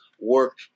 work